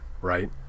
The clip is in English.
right